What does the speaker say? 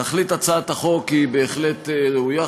תכלית הצעת החוק היא בהחלט ראויה,